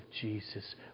Jesus